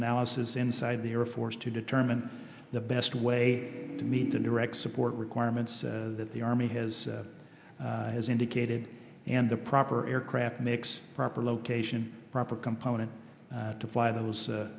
analysis inside the air force to determine the best way to meet the direct support requirements that the army has has indicated and the proper aircraft mix proper location proper component to fly th